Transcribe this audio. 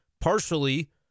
partially